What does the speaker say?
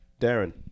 Darren